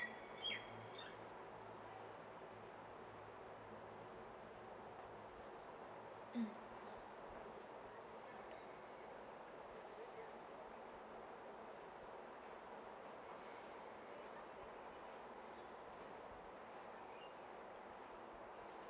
mm